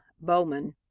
Bowman